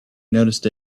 noticed